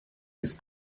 his